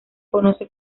conoce